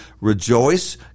rejoice